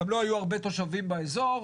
גם לא היו הרבה תושבים באזור,